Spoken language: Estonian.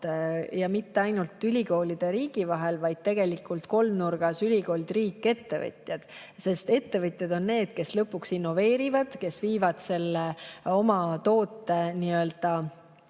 ja mitte ainult ülikoolide ja riigi vahel, vaid tegelikult kolmnurgas ülikoolid – riik – ettevõtjad. Ettevõtjad on need, kes lõpuks innoveerivad, kes viivad oma toote nii-öelda